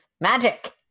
Magic